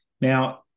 now